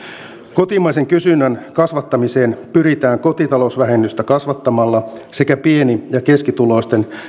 kotimaisen kysynnän kasvattamiseen pyritään kotitalousvähennystä kasvattamalla sekä pieni ja keskituloisten